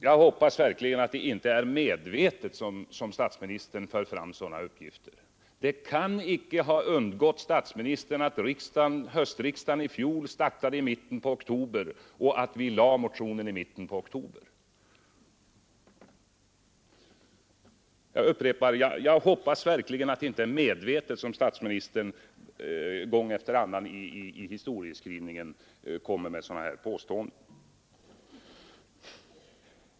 Jag hoppas verkligen att det inte är medvetet som statsministern lämnar sådana uppgifter. Det kan inte ha undgått statsministern att höstriksdagen i fjol startade i mitten av oktober och att vi lade fram motionen på riksdagens första dag. Jag upprepar att jag hoppas det inte är medvetet som statsministern gång efter annan i historieskrivningen kommer med sådana här påståenden.